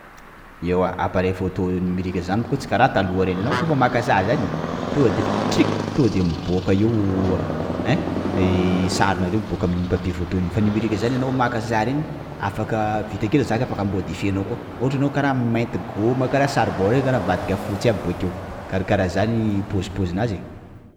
Ewa appareil photo numerique zany moka tsy kara taloha reny, anao koa maka sary zany tonga defa: trik! to de miboaka eo ein! _x000D_ Sarinareo miboaka amin'iny papier photo iny. _x000D_ Fa numerique zany anao maka sary iny! _x000D_ Afaka vita akeo le zaka, afaka modifie-nao koa, ohatra anao kara mainty gôma kara saribao reny, kara mivadika fotsy aby bakeo; karakara zany pôzipôzinazy e!